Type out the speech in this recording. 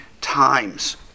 times